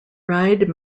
reid